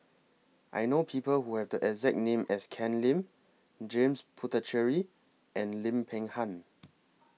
I know People Who Have The exact name as Ken Lim James Puthucheary and Lim Peng Han